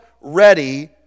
ready